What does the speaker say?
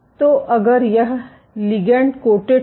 तो अगर यह लिगैंड कोटेड था